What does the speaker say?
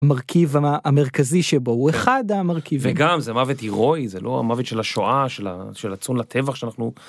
מרכיב המרכזי שבו הוא אחד המרכיבים. וגם זה מוותי הרואי זה לא המוות של השואה של הצון לטבח שאנחנו.